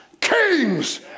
kings